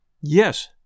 yes